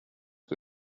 que